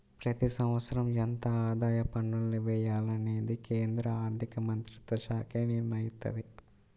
ప్రతి సంవత్సరం ఎంత ఆదాయ పన్నుల్ని వెయ్యాలనేది కేంద్ర ఆర్ధికమంత్రిత్వశాఖే నిర్ణయిత్తది